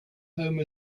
home